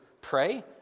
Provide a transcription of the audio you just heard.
pray